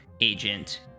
agent